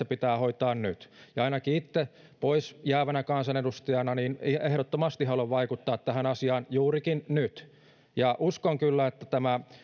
pitää hoitaa nyt ainakin itse pois jäävänä kansanedustajana ehdottomasti haluan vaikuttaa tähän asiaan juurikin nyt uskon kyllä että tämä